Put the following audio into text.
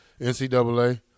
NCAA